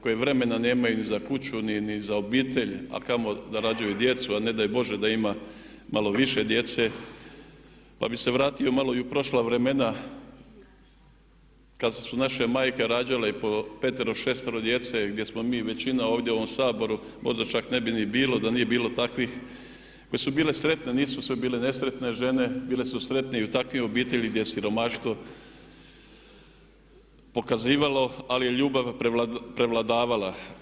Koje vremena nemaju za kuću ni za obitelj a kamoli da rađaju djecu a ne daj Bože da ima malo više djece, pa bi se vratio malo i u prošla vremena kad su naše majke rađale i po petero i šestero djece gdje smo mi većina ovdje u ovom Saboru možda čak ne bi ni bilo da nije bilo takvih koje su bile sretne, nisu sve bile nesretne žene, bile su sretne i u takvoj obitelji gdje je siromaštvo, pokazivalo ali je ljubav prevladavala.